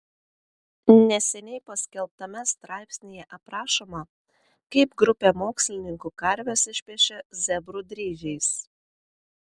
neseniai paskelbtame straipsnyje aprašoma kaip grupė mokslininkų karves išpiešė zebrų dryžiais